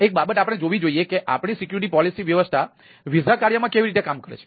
એક બાબત આપણે જાણવી જોઈએ કે આપણી સિક્યુરિટી પોલિસી વ્યવસ્થા વિઝા કાર્યમાં કેવી રીતે કામ કરે છે